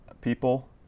people